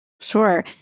Sure